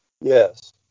Yes